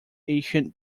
ancient